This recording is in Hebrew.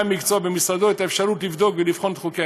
המקצוע במשרדו את האפשרות לבדוק ולבחון את חוק העזר,